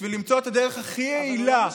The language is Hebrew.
בשביל למצוא את הדרך הכי יעילה,